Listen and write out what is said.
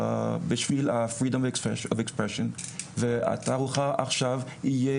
בשביל חופש הביטוי והתערוכה עכשיו תהייה